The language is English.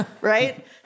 right